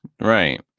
Right